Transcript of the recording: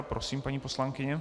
Prosím, paní poslankyně.